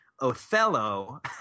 Othello